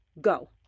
Go